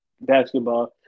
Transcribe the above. basketball